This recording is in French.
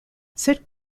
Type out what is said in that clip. cette